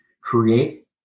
create